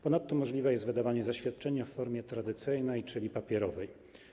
Ponadto możliwe jest wydanie zaświadczenia w formie tradycyjnej, czyli papierowej.